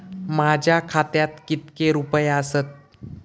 माझ्या खात्यात कितके रुपये आसत?